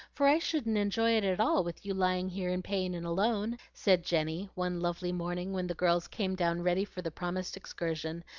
for i shouldn't enjoy it at all with you lying here in pain and alone, said jenny one lovely morning when the girls came down ready for the promised excursion,